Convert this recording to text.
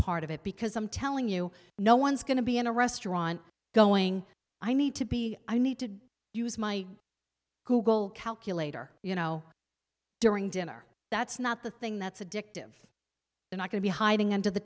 part of it because i'm telling you no one's going to be in a restaurant going i need to be i need to use my google calculator you know during dinner that's not the thing that's addictive and i could be hiding under the